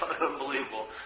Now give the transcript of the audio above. Unbelievable